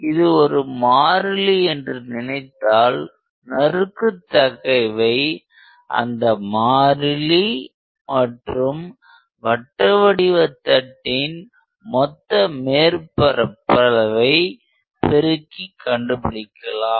இது ஒரு மாறிலி என்று நினைத்தால் நறுக்குத் தகைவை அந்த மாறிலி மற்றும் வட்ட வடிவ தட்டின் மொத்த மேற்பரப்பளவை பெருக்கி கண்டுபிடிக்கலாம்